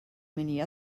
many